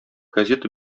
газета